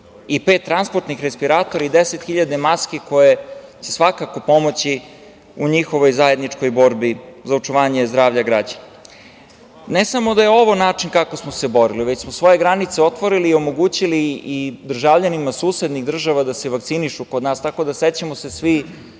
i pet transportnih respiratora i 10 hiljada maski koje će svakako pomoći u njihovoj zajedničkoj borbi za očuvanje zdravlja građana. Ne samo da je ovo način kako smo se borili, već smo svoje granice otvorili, omogućili i državljanima susednih država vakcinišu kod nas. Sećamo se svi